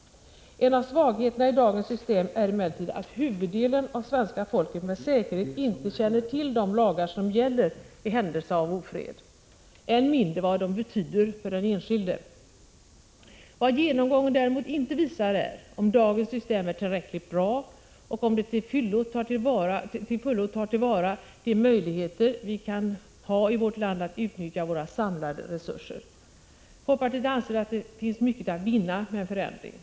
En av svagheterna i dagens system är emellertid att huvuddelen av svenska folket med säkerhet inte känner till de lagar som gäller i händelse av ofred, än mindre vad de betyder för den enskilde. Vad genomgången inte visar är, om dagens system är tillräckligt bra och om det till fullo tar till vara de möjligheter vi kan ha i vårt land att utnyttja våra samlade resurser. Folkpartiet anser att det finns mycket att vinna med en förändring.